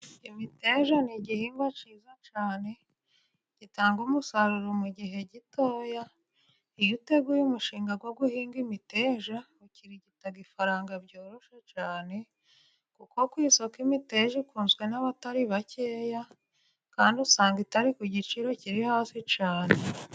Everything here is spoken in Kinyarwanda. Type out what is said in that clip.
Imiteja ni igihingwa cyiza cyane, gitanga umusaruro mu gihe gitoya, iyo uteguye umushinga wo guhinga imiteja, ukirigita ifaranga byoroshe cyane, kuko ku isoko imiteja iba ikunzwe n'abatari bakeya kandi usanga itari ku giciro kiri hasi cyane.